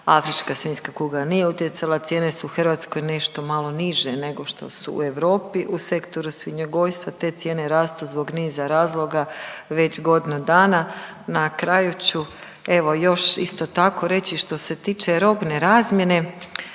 Afrička svinjska kuga nije utjecala, cijene su u Hrvatskoj nešto malo niže nego što su u Europi u sektoru svinjogojstva te cijene rastu zbog niza razloga već godinu dana. Na kraju ću evo još isto tako reći što se tiče robne razmjene,